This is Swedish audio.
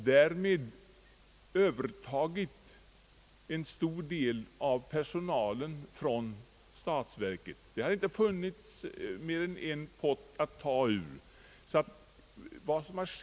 Därmed har de också övertagit en stor del av personalen från statsverket. Det har inte funnits mer än en pott att ta ur.